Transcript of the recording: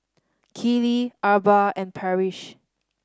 Keeley Arba and Parrish